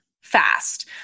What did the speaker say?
fast